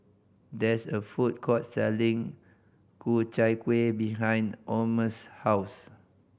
there is a food court selling Ku Chai Kuih behind Omer's house